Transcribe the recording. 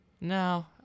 No